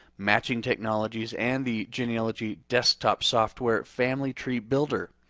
matching technologies and the genealogy desktop software family tree builder.